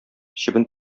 чебен